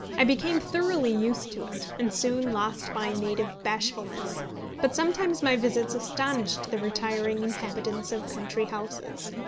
i became thoroughly used to it, and soon lost my native bashfulness but sometimes my visits astonished the retiring inhabitants of country houses.